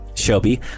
Shelby